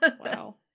Wow